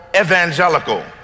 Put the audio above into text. evangelical